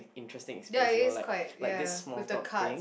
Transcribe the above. interesting experience you know like like this small talk thing